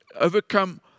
Overcome